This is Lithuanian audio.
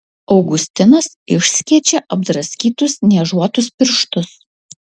augustinas išskečia apdraskytus niežuotus pirštus